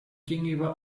gegenüber